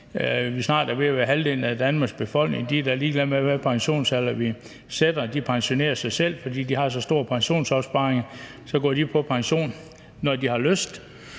det snart er ved at være halvdelen af Danmarks befolkning, der er ligeglad med, hvad pensionsalder vi sætter. De pensionerer sig selv, fordi de har så store pensionsopsparinger – de går på pension, når de har lyst.